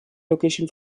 location